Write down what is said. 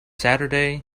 saturday